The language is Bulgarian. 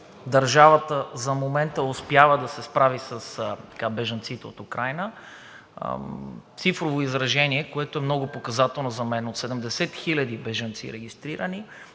държавата за момента успява да се справи с бежанците от Украйна – в цифрово изражение, което е много показателно за мен – от 70 хиляди бежанци, регистрирани